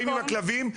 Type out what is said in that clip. באים הכלבים,